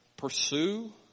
Pursue